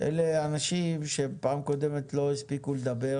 אלה אנשים שבפעם הקודמת לא הספיקו לדבר